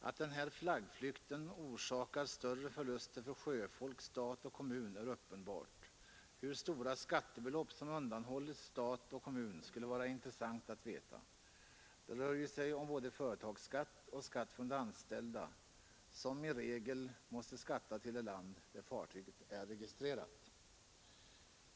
Att den här flaggflykten orsakar större förluster för sjöfolk, stat och kommun är uppenbart. Hur stora skattebelopp som undanhålles stat och kommun skulle vara intressant att få veta det rör sig ju om både företagsskatt och skatt från de anställda, som i regel måste skatta i det land där fartyget är registrerat.